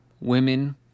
women